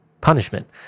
punishment